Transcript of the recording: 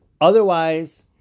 Otherwise